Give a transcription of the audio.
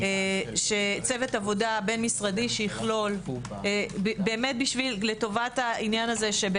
שצוות עבודה בין משרדי שיכלול, לטובת העניין הזה.